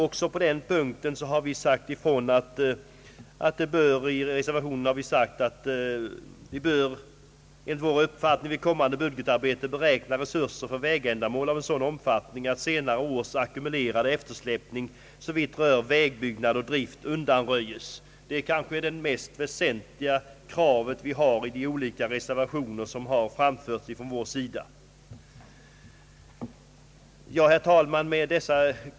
Också på den punkten har vi i reservationen framhållit att Kungl. Maj:t bör, enligt vår uppfattning, »vid kommande budgetarbete beräkna resurser för vägändamål av sådan omfattning att senare års ackumulerade eftersläpning såvitt rör vägbyggnad och drift undanröjes». Det är det mest väsentliga kravet bland dem som framförts reservationsvis från vår sida. Jag ber att få yrka bifall också till reservationen 3. Herr talman!